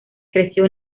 creció